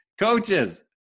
Coaches